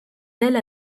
ailes